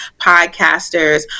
podcasters